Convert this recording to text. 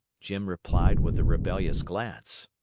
jim replied with a rebellious glance.